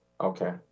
okay